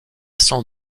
sans